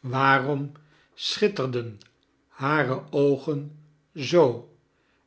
waarom schitterden hare oogen zoo